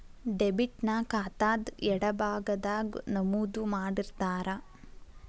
debit ನ ಖಾತಾದ್ ಎಡಭಾಗದಾಗ್ ನಮೂದು ಮಾಡಿರ್ತಾರ